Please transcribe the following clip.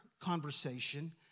conversation